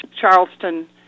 Charleston